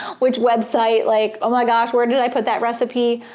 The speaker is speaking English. which website like, oh my gosh! where did i put that recipe?